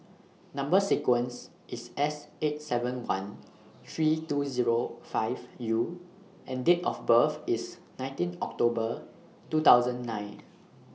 Number sequence IS S eight seven one three two Zero five U and Date of birth IS nineteen October two thousand nine